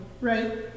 right